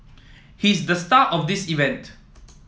he's the star of this event